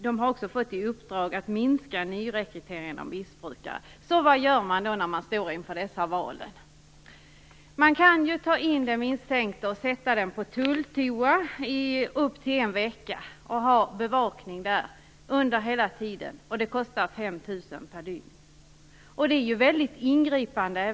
Den har också fått i uppdrag att minska nyrekryteringen av missbrukare. Vad gör man i den här situationen? Man kan ta in den misstänkte och sätta denne en vecka på "tulltoa" med bevakning hela tiden. Det kostar 5 000 kr per dygn.